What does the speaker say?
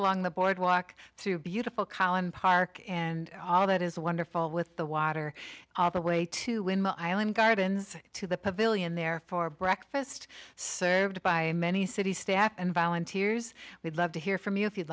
along the boardwalk through beautiful collin park and all that is wonderful with the water all the way to win the island gardens to the pavilion there for breakfast served by many city staff and volunteers we'd love to hear from you if you'd